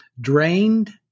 Drained